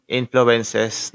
influences